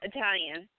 Italian